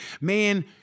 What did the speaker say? man